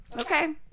Okay